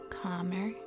calmer